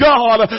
God